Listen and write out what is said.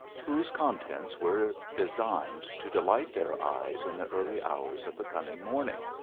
whose contents were designed to delight their eyes in the early hours of the coming morning.